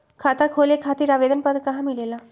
खाता खोले खातीर आवेदन पत्र कहा मिलेला?